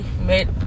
made